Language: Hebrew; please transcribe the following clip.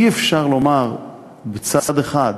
אי-אפשר לומר מצד אחד: